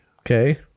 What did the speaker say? Okay